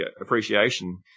appreciation